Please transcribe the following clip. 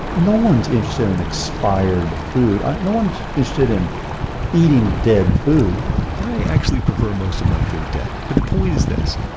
no one's interested in expired food. ah no one's interested in eating dead food i actually prefer most of my food dead, but the point is this.